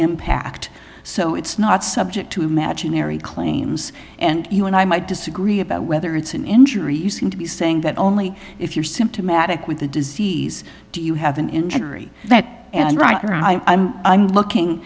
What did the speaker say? impact so it's not subject to imaginary claims and you and i might disagree about whether it's an injury you seem to be saying that only if you're symptomatic with the disease do you have an injury that and right or i looking